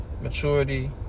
Maturity